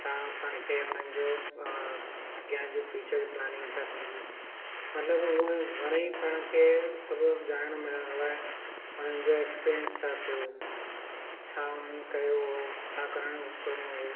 छा पाण खे उन्हनि जो अ अॻियां जो फ्यूचर प्लानिंग छा थींदी मतिलबु उअं घणेई पाण खे सभु ॼाण मिलंदो आहे उन्हनि जो एक्सपीरियंस छा थियो छा हुननि कयो छा करण करणो हुओ